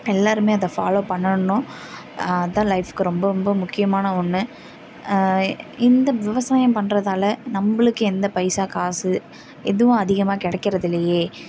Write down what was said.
எல்லோருமே அதை ஃபாலோவ் பண்ணணும் அதான் லைஃப்புக்கு ரொம்ப ரொம்ப முக்கியமான ஒன்று இந்த விவசாயம் பண்ணுறதால நம்மளுக்கு எந்த பைசா காசு எதுவும் அதிகமாக கிடைக்கறது இல்லையே